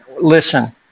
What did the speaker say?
listen